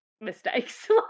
mistakes